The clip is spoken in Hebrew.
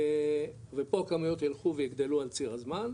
ופה כמויות ילכו ויגדלו על ציר הזמן,